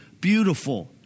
beautiful